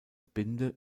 binde